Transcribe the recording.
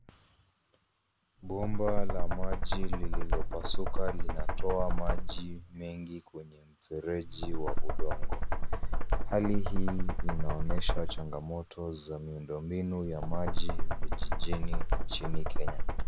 Bomba la maji lililopasuka linatoa maji mengi kwenye mfereji wa udongo, hali hii inaonyesha changamoto za miundombinu ya maji vijijini nchini Kenya.